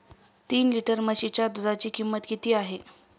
तीन लिटर म्हशीच्या दुधाची किंमत किती आहे?